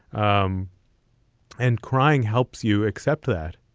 um and crying helps you accept that,